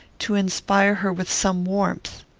to inspire her with some warmth.